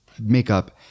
makeup